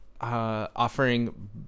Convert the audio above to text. offering